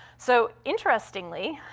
so, interestingly,